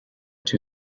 too